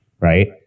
Right